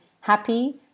happy